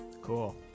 cool